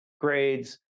grades